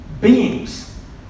beings